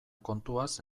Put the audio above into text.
kontuaz